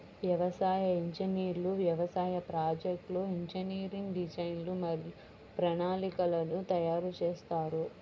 వ్యవసాయ ఇంజనీర్లు వ్యవసాయ ప్రాజెక్ట్లో ఇంజనీరింగ్ డిజైన్లు మరియు ప్రణాళికలను తయారు చేస్తారు